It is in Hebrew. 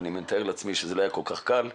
אני מתאר לעצמי שזה לא היה כל כך קל,